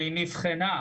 והיא נבחנה.